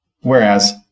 Whereas